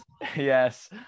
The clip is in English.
Yes